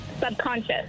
Subconscious